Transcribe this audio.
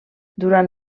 durant